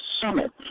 summit